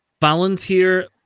volunteer